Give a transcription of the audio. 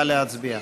נא להצביע.